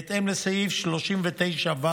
בהתאם לסעיף 39(ו)